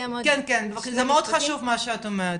זה מאוד חשוב מה שאת אומרת,